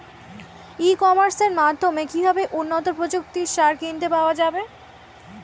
ই কমার্সের মাধ্যমে কিভাবে উন্নত প্রযুক্তির সার কিনতে পাওয়া যাবে?